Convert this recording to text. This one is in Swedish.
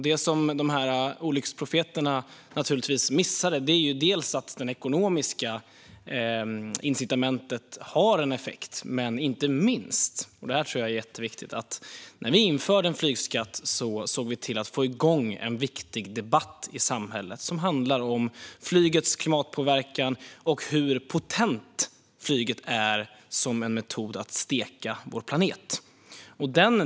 Det som olycksprofeterna missade är att det ekonomiska incitamentet har en effekt. Inte minst, och det tror jag är jätteviktigt, såg vi till att få igång en viktig debatt i samhället när vi införde en flygskatt. Den handlar om flygets klimatpåverkan och hur potent flyget är som en metod att steka vår planet. Fru talman!